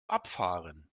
abfahren